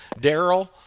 Daryl